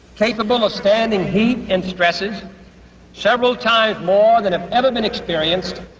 capable of standing heat and stresses several times more than ah ever been experienced.